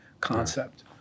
concept